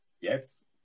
Yes